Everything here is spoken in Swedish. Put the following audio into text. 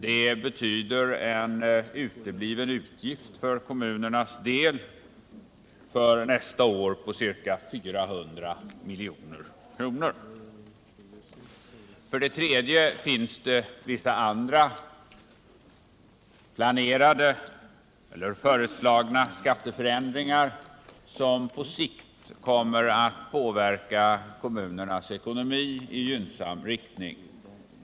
Det betyder en utebliven utgift för kommunernas del för nästa år på närmare 900 milj.kr. För det tredje finns det vissa andra planerade eller föreslagna skatteändringar, som på sikt kommer att påverka kommunernas ekonomi i gynnsam riktning.